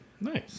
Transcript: Nice